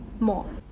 more.